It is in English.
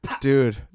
dude